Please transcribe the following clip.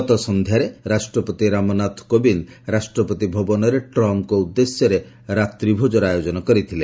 ଗତ ସନ୍ଧ୍ୟାରେ ରାଷ୍ଟ୍ରପତି ରାମନାଥ କୋବିନ୍ଦ ରାଷ୍ଟ୍ରପତି ଭବନରେ ଟ୍ରମ୍ପଙ୍କ ଉଦ୍ଦେଶ୍ୟରେ ରାତ୍ରିଭୋଜନର ଆୟୋଜନ କରିଥିଲେ